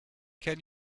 can